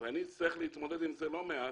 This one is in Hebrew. ואני אצטרך להתמודד עם זה לא מעט,